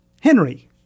Henry